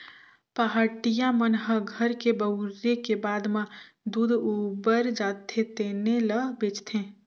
पहाटिया मन ह घर के बउरे के बाद म दूद उबर जाथे तेने ल बेंचथे